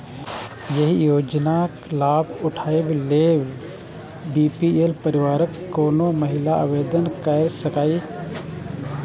एहि योजनाक लाभ उठाबै लेल बी.पी.एल परिवारक कोनो महिला आवेदन कैर सकैए